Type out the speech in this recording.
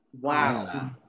Wow